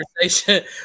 conversation